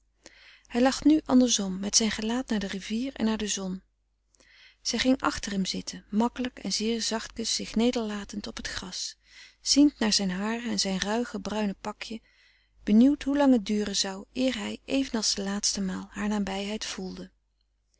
hij lag nu andersom met zijn gelaat naar de rivier en naar de zon zij ging achter hem zitten makkelijk en zeer zachtkens zich nederlatend op t gras ziend naar zijn haren en zijn ruige bruine pakje benieuwd hoe lang het duren zou eer hij even als de laatste maal haar nabijheid voelde